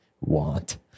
want